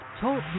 Talk